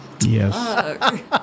Yes